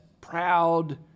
proud